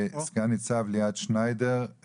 סגן ניצב ליאת שניידר,